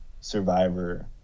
Survivor